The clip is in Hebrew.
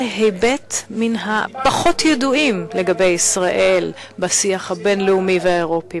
זה אחד ההיבטים הפחות-ידועים לגבי ישראל בשיח הבין-לאומי והאירופי.